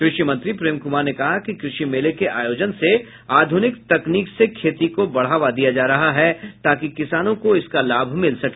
कृषि मंत्री प्रेम कुमार ने कहा कि कृषि मेले के आयोजन से आधुनिक तकनीक से खेती को बढ़ावा दिया जा रहा है ताकि किसानों को इसका लाभ मिल सके